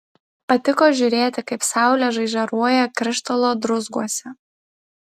patiko žiūrėti kaip saulė žaižaruoja krištolo druzguose